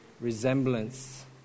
resemblance